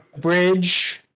Bridge